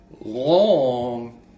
long